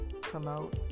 promote